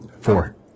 Four